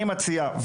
אני מציע,